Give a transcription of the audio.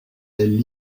elles